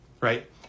right